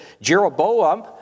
Jeroboam